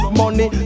money